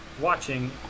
watching